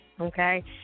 okay